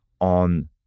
on